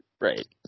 Right